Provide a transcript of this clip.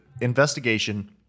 investigation